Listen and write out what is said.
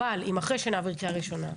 אבל אם אחרי שנעביר קריאה ראשונה,